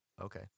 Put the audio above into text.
Okay